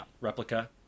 Replica